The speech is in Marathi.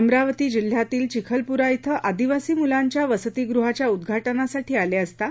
अमरावती जिल्ह्यातील चिखलपूरा येथे अदिवासी मुलांच्या वस्तीगृहाच्या उद्घाटनासाठी आले असता ना